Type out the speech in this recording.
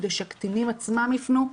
כדי שהקטינים עצמם יפנו,